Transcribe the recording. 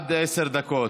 עד עשר דקות.